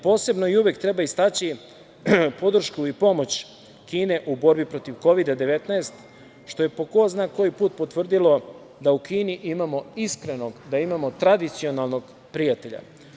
Posebno i uvek treba istaći podršku i pomoć Kine u borbi protiv Kovida 19, što je po ko zna koji put potvrdilo da u Kini imamo iskrenog, da imamo tradicionalnog prijatelja.